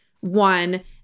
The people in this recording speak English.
one